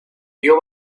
dio